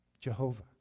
Jehovah